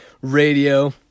radio